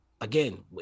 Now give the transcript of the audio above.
again